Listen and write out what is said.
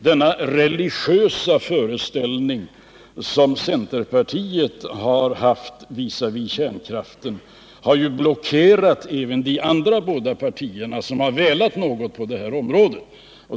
Den religiösa föreställning som centerpartiet har haft visavi kärnkraften har ju blockerat även de båda andra partierna, som verkligen velat något på detta område.